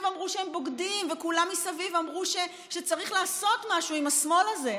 אמרו שהם בוגדים וכולם מסביב אמרו שצריך לעשות משהו עם השמאל הזה,